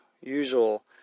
usual